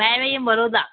ॿाहिर वई हुयमि बड़ोदा